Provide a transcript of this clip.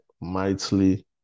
mightily